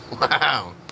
Wow